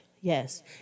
Yes